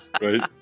Right